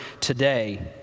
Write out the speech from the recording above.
today